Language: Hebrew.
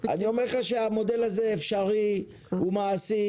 המודל הזה הוא אפשרי ומעשי.